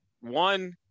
one